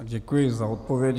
Děkuji za odpovědi.